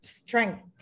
strength